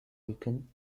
rican